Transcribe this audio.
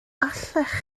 allech